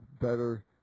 better